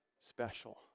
special